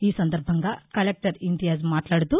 ఈ సందర్భంగా కలెక్టర్ ఇంతియాజ్ మాట్లాడుతూ